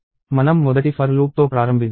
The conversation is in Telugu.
మనం మొదటి for loop తో ప్రారంభిద్దాం